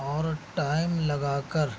اور ٹائم لگا کر